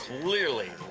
clearly